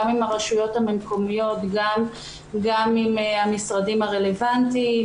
הרשויות המקומיות ועם המשרדים הרלוונטיים,